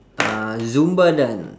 uh zumba dance